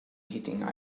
eating